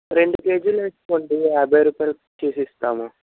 రెండు కేజీలు వేసుకోండి యాభై రూపాయిలకి చేసి ఇస్తాము